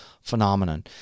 phenomenon